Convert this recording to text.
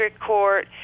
Court